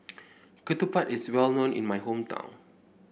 Ketupat is well known in my hometown